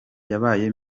yabaye